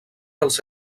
els